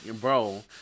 bro